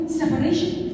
separation